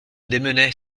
démenait